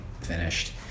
finished